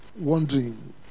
wondering